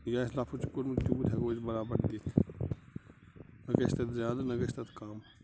یہِ اَسہِ لفظ چھُ کوٚرمُت تیوٗت ییٚکو أسۍ بَرابر دِتھ نہَگکژھِ تَتھ زیادٕ نَہ گژھِ تَتھ کَم